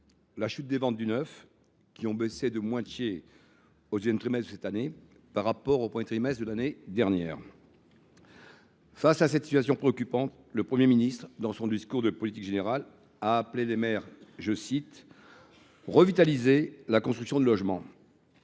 La chute des ventes du neuf – elles ont baissé de moitié au deuxième trimestre de cette année par rapport au premier trimestre de l’année dernière –, nous le prouve. Face à cette situation préoccupante, le Premier ministre, dans son discours de politique générale, a appelé les maires à « revitaliser la construction de logements ».